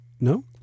No